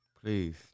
Please